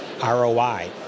ROI